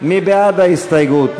מי בעד ההסתייגות?